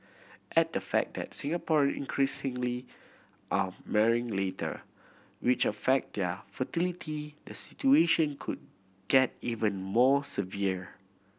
add the fact that Singaporean increasingly are marrying later which affect their fertility the situation could get even more severe